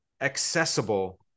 accessible